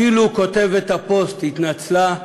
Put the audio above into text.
אפילו כותבת הפוסט התנצלה,